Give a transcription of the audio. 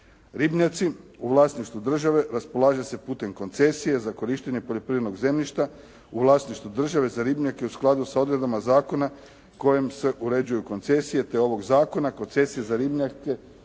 Ribnjaci u vlasništvu države raspolaže se putem koncesije za korištenje poljoprivrednog zemljišta u vlasništvu države u skladu sa odredbama zakona kojem se uređuju koncesije te ovog zakona koncesije za ribnjake